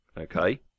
okay